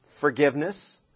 forgiveness